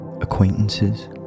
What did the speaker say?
acquaintances